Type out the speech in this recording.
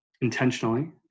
intentionally